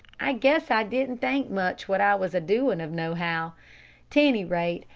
i guess i didn't think much what i was a-doin' of, no-how. t any rate,